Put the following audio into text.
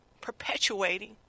perpetuating